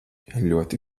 ļoti